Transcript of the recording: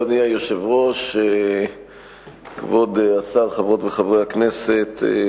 אדוני היושב-ראש, כבוד השר, חברות וחברי הכנסת,